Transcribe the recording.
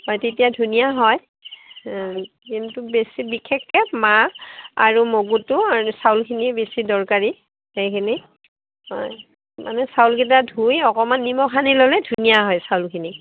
গতিকে ধুনীয়া হয় কিন্তু বেছি বিশেষকৈ মাহ আৰু মগুটো আৰু চাউলখিনি বেছি দৰকাৰী সেইখিনি হয় মানে চাউলকেইটা ধুই অকণমান নিমখ সানি ল'লে ধুনীয়া হয় চাউলখিনি